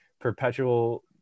perpetual